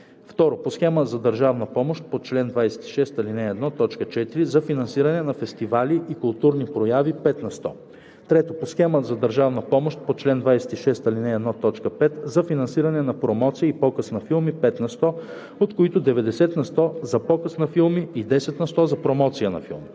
сто; 2. по схема за държавна помощ по чл. 26, ал. 1, т. 4 – за финансиране на фестивали и културни прояви – 5 на сто; 3. по схема за държавна помощ по чл. 26, ал. 1, т. 5 – за финансиране на промоция и показ на филми – 5 на сто, от които 90 на сто за показ на филми и 10 на сто за промоция на филми.